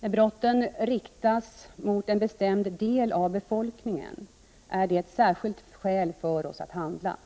När brotten riktas mot en bestämd del av befolkningen, är det ett särskilt skäl för oss att handla.